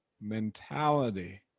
mentality